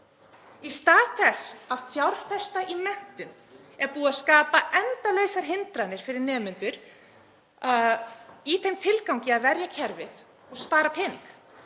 Í stað þess að fjárfesta í menntun er búið að skapa endalausar hindranir fyrir nemendur í þeim tilgangi að verja kerfið og spara pening.